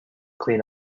clean